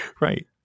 right